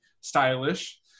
stylish